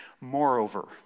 Moreover